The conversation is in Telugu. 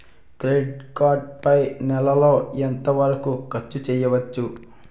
క్రెడిట్ కార్డ్ పై నెల లో ఎంత వరకూ ఖర్చు చేయవచ్చు?